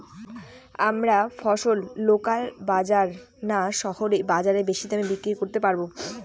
আমরা ফসল লোকাল বাজার না শহরের বাজারে বেশি দামে বিক্রি করতে পারবো?